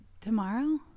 Tomorrow